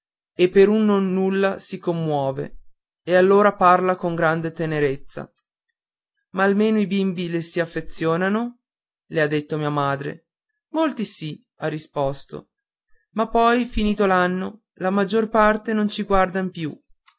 e per un nulla si commove e allora parla con grande tenerezza ma almeno i bimbi le si affezionano le ha detto mia madre molti sì ha risposto ma poi finito l'anno la maggior parte non ci guardan più